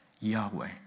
Yahweh